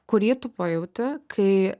kurį tu pajauti kai